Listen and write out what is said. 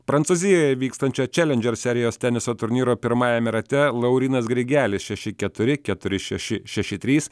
prancūzijoje vykstančio čelendžer serijos teniso turnyro pirmajame rate laurynas grigelis šeši keturi keturi šeši šeši trys